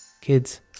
Kids